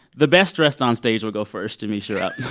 the best dressed onstage will go first. yamiche, you're up